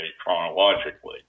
chronologically